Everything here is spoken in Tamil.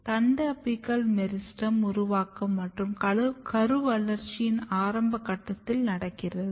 தண்டு அபிக்கல் மெரிஸ்டெமின் உருவாக்கம் கரு வளர்ச்சியின் ஆரம்ப கட்டத்தில் நடக்கிறது